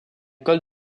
colle